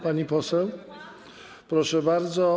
Pani poseł, proszę bardzo.